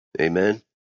Amen